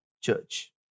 church